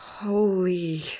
Holy